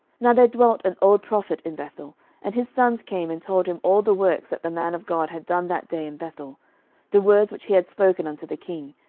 now there dwelt an old prophet in bethel and his sons came and told him all the works that the man of god had done that day in bethel the words which he had spoken unto the king,